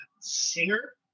singer